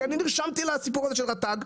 אני נרשמתי לסיפור הזה של רט"ג,